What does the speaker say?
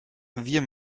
wir